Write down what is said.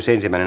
asia